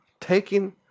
taking